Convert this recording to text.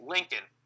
Lincoln